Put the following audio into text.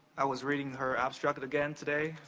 i was reading her abstract again today,